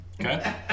Okay